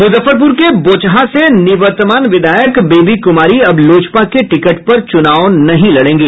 मुजफ्फरपुर के बोचहां से निवर्तमान विधायक बेबी कुमारी अब लोजपा के टिकट पर चुनाव नहीं लड़ेंगी